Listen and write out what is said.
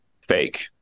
fake